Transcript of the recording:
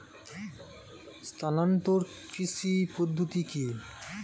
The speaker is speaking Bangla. স্থানান্তর কৃষি পদ্ধতি কি?